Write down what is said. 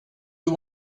you